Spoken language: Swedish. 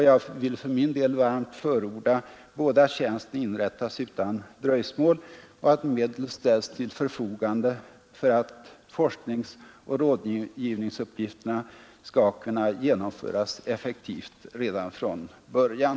Jag vill för min del varmt förorda både att tjänsten inrättas utan dröjsmål och att medel ställs till förfogande för att forskningsoch rådgivningsuppgifterna skall kunna genomföras effektivt redan från början.